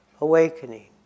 awakening